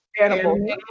Animals